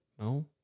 No